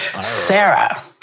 Sarah